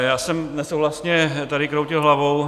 Já jsem nesouhlasně tady kroutil hlavou.